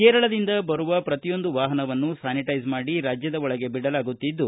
ಕೇರಳದಿಂದ ಬರುವ ಪ್ರತಿಯೊಂದು ವಾಹನವನ್ನೂ ಸ್ಥಾನಿಟೈಸ್ ಮಾಡಿ ರಾಜ್ಯದ ಒಳಗೆ ಬಿಡಲಾಗುತ್ತಿದ್ದು